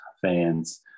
fans